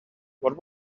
what